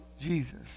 Jesus